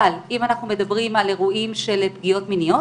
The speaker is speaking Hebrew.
אם אנחנו מדברים על אירועים של פגיעות מיניות